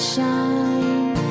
shine